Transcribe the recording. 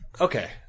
Okay